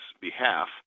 behalf